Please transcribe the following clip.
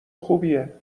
خوبیه